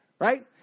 Right